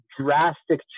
drastic